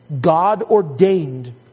God-ordained